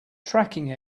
tracking